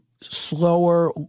slower